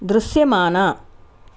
దృశ్యమాన